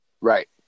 Right